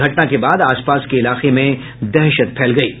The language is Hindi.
घटना के बाद आसपास के इलाकों में दहशत फैल गयी है